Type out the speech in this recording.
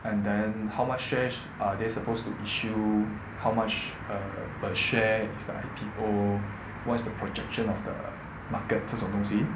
and then how much share are they supposed to issue how much err per share is the I_P_O what's the projection of the market 这种东西